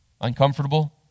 uncomfortable